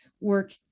work